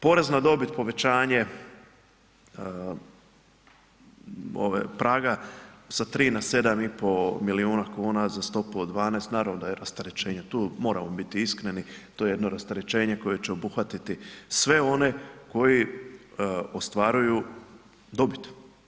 Porez na dobit, povećanje praga sa 3 na 7,5 milijuna kuna za stopu od 12, naravno da je rasterećenje tu, moramo biti iskreni, to je jedno rasterećenje koje će obuhvatiti sve one koji ostvaruju dobit.